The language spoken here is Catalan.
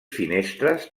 finestres